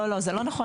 לא, זה לא נכון.